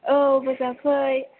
औ बोजाफै